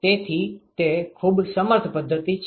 તેથી તે ખૂબ સમર્થ પદ્ધતિ છે